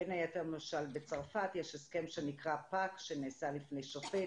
בין היתר למשל בצרפת יש הסכם שנקרא PACS שנעשה לפני שופט.